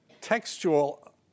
textual